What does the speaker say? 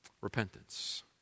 Repentance